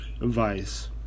advice